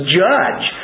judge